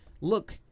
Look